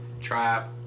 trap